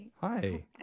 hi